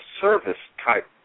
service-type